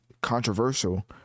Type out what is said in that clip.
controversial